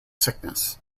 sickness